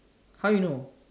how you know